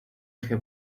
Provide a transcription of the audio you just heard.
eje